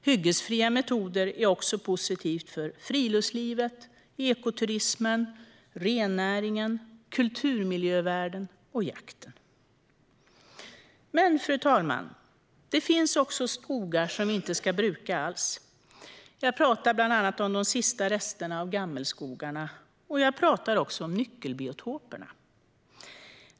Hyggesfria metoder är också positivt för friluftslivet, ekoturismen, rennäringen, kulturmiljövärden och jakten. Fru talman! Det finns också skogar som vi inte ska bruka alls. Jag pratar bland annat om de sista resterna av gammelskogar. Jag pratar också om nyckelbiotoperna.